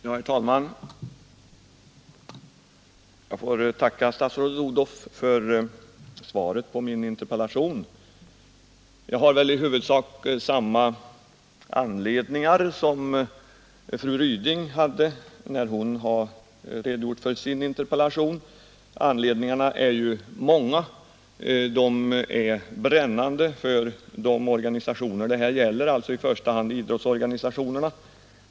Herr talman! Jag får tacka statsrådet Odhnoff för svaret på min interpellation. Jag har väl i huvudsak interpellerat av samma anledningar som fru Ryding och som hon här har redogjort för. Anledningarna är ju många. De är brännande för de organisationer det här gäller, alltså i första hand idrottsorganisationerna.